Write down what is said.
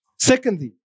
Secondly